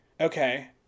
Okay